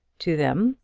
to them,